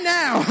now